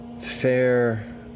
fair